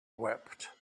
wept